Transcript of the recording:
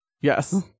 yes